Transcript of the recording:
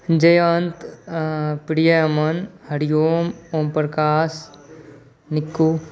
Jayanaka प्रियअमन हरिओंम Omprakash Nikku